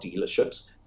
dealerships